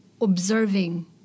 observing